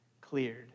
cleared